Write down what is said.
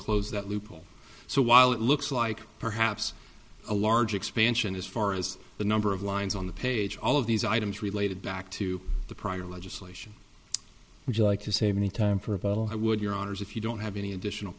close that loophole so while it looks like perhaps a large expansion as far as the number of lines on the page all of these items related back to the prior legislation would you like to save any time for of all i would your honour's if you don't have any additional